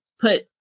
put